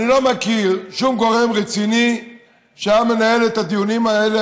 אני לא מכיר שום גורם רציני שהיה מנהל את הדיונים האלה,